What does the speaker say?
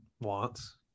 wants